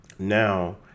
now